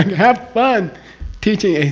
have fun teaching aci.